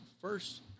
first